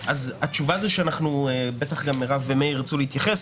התשובה היא ובטח גם מירב ומאיר ירצו להתייחס